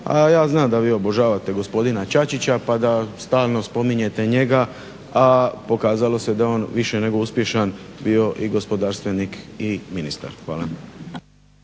A ja znam da vi obožavate gospodina Čačića pa da stalno spominjete njega, a pokazalo se da je on više nego uspješan bio i gospodarstvenik i ministar. Hvala.